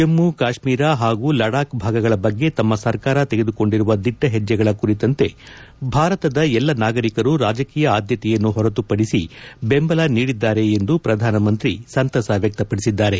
ಜಮ್ಮು ಕಾಶ್ಮೀರ ಹಾಗೂ ಲಡಾಖ್ ಭಾಗಗಳ ಬಗ್ಗೆ ತಮ್ಮ ಸರ್ಕಾರ ತೆಗೆದುಕೊಂಡಿರುವ ದಿಟ್ನ ಹೆಜ್ಜೆಗಳ ಕುರಿತಂತೆ ಭಾರತದ ಎಲ್ಲ ನಾಗರಿಕರು ರಾಜಕೀಯ ಆದ್ಯತೆಯನ್ನು ಹೊರತುಪದಿಸಿ ಬೆಂಬಲ ನೀಡಿದ್ದಾರೆ ಎಂದು ಪ್ರಧಾನಮಂತ್ರಿ ನರೇಂದ್ರ ಮೋದಿ ಸಂತಸ ವ್ಯಕ್ತಪಡಿಸಿದ್ದಾರೆ